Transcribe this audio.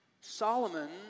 Solomon